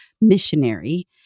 missionary